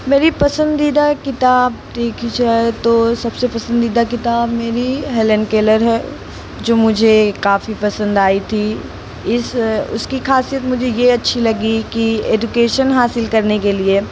मेरी पसंदीदा किताब देखी जाए तो सबसे पसंदीदा किताब मेरी हेलेन केलर है जो मुझे काफ़ी पसंद आई थी इस उसकी खासियत मुझे ये अच्छी लगी की एदुकेशन हासिल करने के लिए